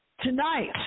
Tonight